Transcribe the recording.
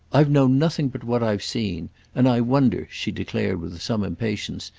i've known nothing but what i've seen and i wonder, she declared with some impatience,